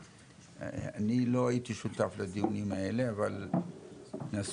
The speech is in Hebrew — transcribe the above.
אני לא הייתי שותף לדיונים האלו אבל היו